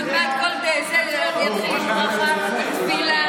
עוד מעט בכל ישיבה ברכות השחר, תפילה,